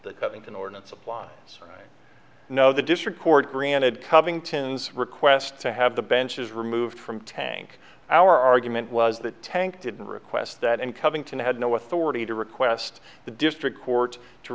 the covington ordinance apply so no the district court granted covington's request to have the benches removed from tank our argument was that tank didn't request that and covington had no authority to request the district court to